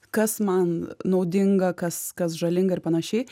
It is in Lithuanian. kas man naudinga kas kas žalinga ir panašiai